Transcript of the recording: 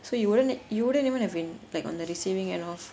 so you wouldn't you wouldn't even have been like on the receiving end of